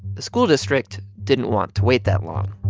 the school district didn't want to wait that long.